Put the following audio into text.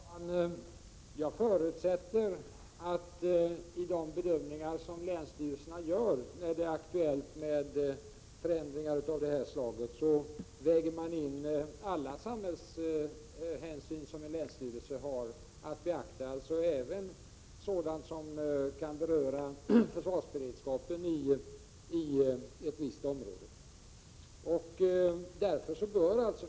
Herr talman! Jag förutsätter att man i samband med de bedömningar som länsstyrelserna gör när det är aktuellt med förändringar av det här slaget väger in alla samhällshänsyn som en länsstyrelse har att beakta — alltså även sådant som kan beröra försvarsberedskapen i ett visst område.